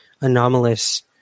anomalous